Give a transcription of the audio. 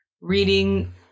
reading